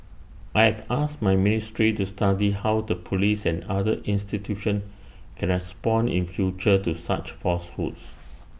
I have asked my ministry to study how the Police and other institutions can respond in future to such falsehoods